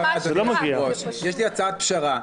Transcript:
יש לי הצעת פשרה,